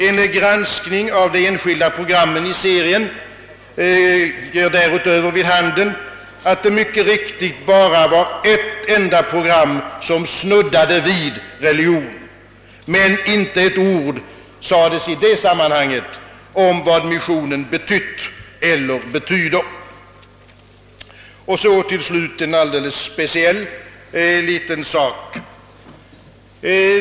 En granskning av de enskilda programmen i serien ger därutöver vid handen, att det mycket riktigt bara var ett enda program som snuddade vid religion, men inte ett enda ord sades i det sammanhånget om vad missionen betytt eller betyder. Och så till slut en alldeles speciell liten :sak!'